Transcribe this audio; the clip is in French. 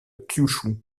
kyūshū